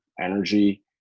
energy